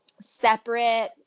separate